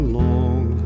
long